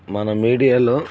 మన మీడియాలో